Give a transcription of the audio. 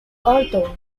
although